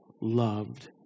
loved